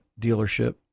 dealership